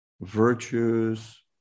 virtues